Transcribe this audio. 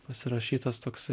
pasirašytas toksai